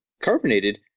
carbonated